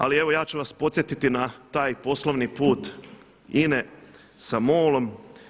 Ali evo ja ću vas podsjetiti na taj poslovni put INA-e sa MOL-om.